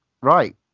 right